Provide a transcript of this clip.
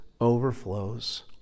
overflows